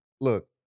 look